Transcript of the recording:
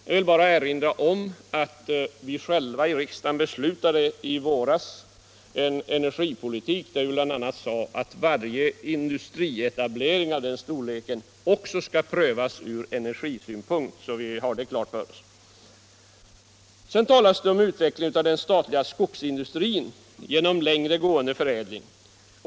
Jag vill bara erinra om att vi själva här i riksdagen i våras beslutade om en energipolitik som bl.a. innebär att varje industrietablering av denna storlek också skall prövas ur energisynpunkt. Det skall vi ha klart för oss. Sedan talas det om utvecklingen av den statliga skogsindustrin genom längre gående förädling.